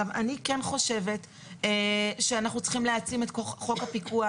אני כן חושבת שאנחנו צריכים להעצים את חוק הפיקוח.